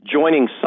Joining